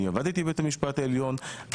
אני עבדתי בבית המשפט העליון,